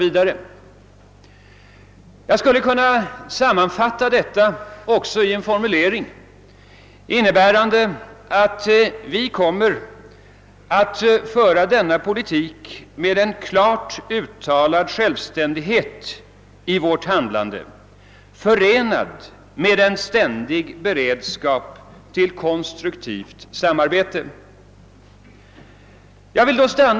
Man skulle kunna sammanfatta detta i formuleringen, att vi kommer att föra denna politik med en klart uttalad självständighet i vårt handlande, förenad med en ständig beredskap till konstruklivt samarbete de borgerliga partierna emellan.